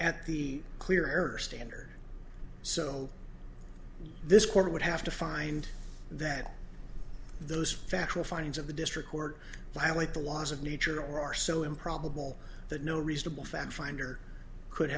at the clear error standard so this court would have to find that those factual findings of the district court violate the laws of nature or are so improbable that no reasonable fact finder could